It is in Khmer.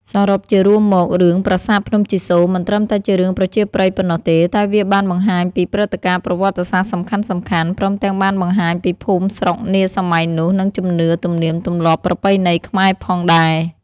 សរុបជារួមមក រឿង ប្រាសាទភ្នំជីសូរមិនត្រឹមតែជារឿងប្រជាប្រិយប៉ុណ្ណោះទេ តែវាបានបង្ហាញពីព្រឹត្តិការណ៍ប្រវត្តិសាស្រ្ដសំខាន់ៗ ព្រមទាំងបានបង្ហាញពីភូមិស្រុកនាសម័យនោះ និងជំនឿ ទំនៀមទម្លាប់ប្រពៃណីខ្មែរផងដែរ។